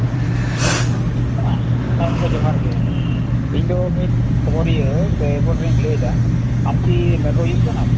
ᱦᱮᱸ ᱜᱚᱝᱠᱮ ᱡᱚᱦᱟᱨ ᱜᱮ ᱤᱧ ᱫᱚ ᱢᱤᱫ ᱠᱷᱚᱵᱚᱨᱤᱭᱟᱹ ᱥᱮ ᱨᱤᱯᱳᱴᱟᱨᱤᱧ ᱞᱟᱹᱭᱫᱟ ᱟᱢ ᱠᱤ ᱢᱮᱴᱨᱳᱞᱳᱡᱤᱥᱴ ᱠᱟᱱᱟᱢ